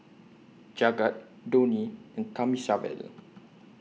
Jagat Dhoni and Thamizhavel